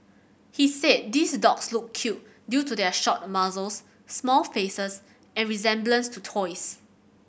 he said these dogs look cute due to their short muzzles small faces and resemblance to toys